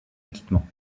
acquittement